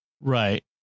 Right